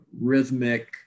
rhythmic